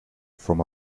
from